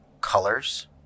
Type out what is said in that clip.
colors